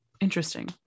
Interesting